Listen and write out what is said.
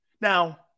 Now